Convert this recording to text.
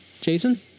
Jason